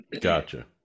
gotcha